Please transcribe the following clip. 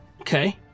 Okay